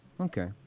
Okay